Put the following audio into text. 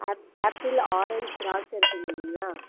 app apple orange திராட்சை இருக்குதுங்க இல்லைங்களா